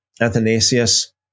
Athanasius